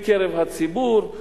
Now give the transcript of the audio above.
מקרב הציבור,